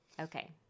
Okay